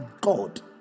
God